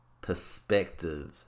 Perspective